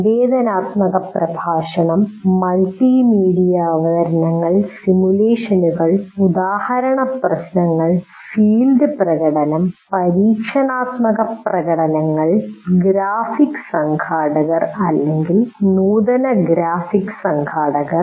സംവേദനാത്മക പ്രഭാഷണം മൾട്ടിമീഡിയ അവതരണങ്ങൾ സിമുലേഷനുകൾ ഉദാഹരണപ്രശ്നങ്ങൾ ഫീൽഡ് പ്രകടനം പരീക്ഷണാത്മകപ്രകടനങ്ങൾ ഗ്രാഫിക് സംഘാടകർ അല്ലെങ്കിൽ നൂതന ഗ്രാഫിക് സംഘാടകർ